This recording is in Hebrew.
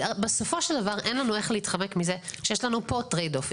בסופו של דבר אין לנו איך להתחמק מזה שיש לנו פה trade off.